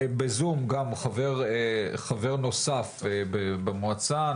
בזום גם חבר נוסף במועצה,